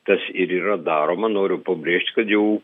tas ir yra daroma noriu pabrėžt kad jau